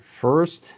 first